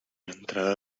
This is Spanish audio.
entrada